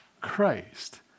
Christ